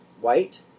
white